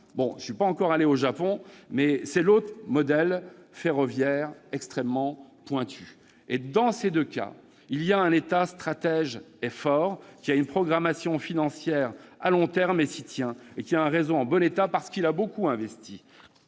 ne me suis pas encore rendu, un modèle ferroviaire extrêmement pointu. Dans les deux cas, il y a un État stratège fort, qui a une programmation financière de long terme, et qui s'y tient, et un réseau en bon état parce qu'il a beaucoup investi.